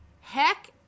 heck